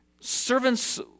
servants